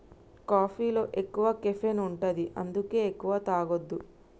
కాఫీలో ఎక్కువ కెఫీన్ ఉంటది అందుకే ఎక్కువ తాగొద్దు